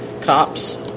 Cops